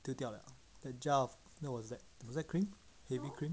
丢掉了 the jar of what was that was it cream whipped cream